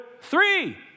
three